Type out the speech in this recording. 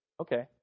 Okay